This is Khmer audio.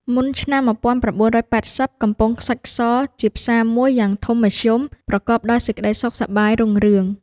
មុនឆ្នាំ ១៩៨០ កំពង់ខ្សាច់ស ជាផ្សារមួយយ៉ាងធំមធ្យម ប្រកបដោយសេចក្តីសុខសប្បាយរុងរឿង។